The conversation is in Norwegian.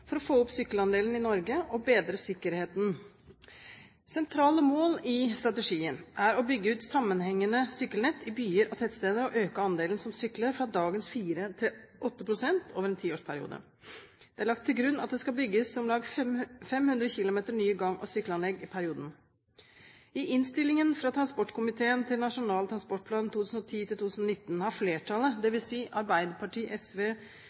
for å få opp sykkelandelen i Norge og bedre sikkerheten. Sentrale mål i strategien er å bygge ut sammenhengende sykkelnett i byer og tettsteder og øke andelen som sykler fra dagens 4 pst. til 8 pst. over en tiårsperiode. Det er lagt til grunn at det skal bygges om lag 500 km nye gang- og sykkelanlegg i perioden. I innstillingen fra transportkomiteen til Nasjonal transportplan 2010–2019 har flertallet, dvs. Arbeiderpartiet, SV, Kristelig Folkeparti, Senterpartiet og Venstre, vedtatt noe av det